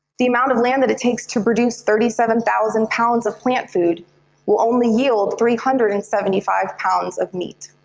the amount of land that it takes to produce thirty seven thousand pounds of plant food will only yield three hundred and seventy five pounds of meat.